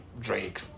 Drake